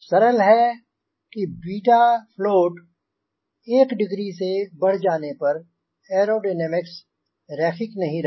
सरल है कि float 1 डिग्री से बढ़ जाने पर ऐरोडायनामिक्स रैखिक नहीं रहता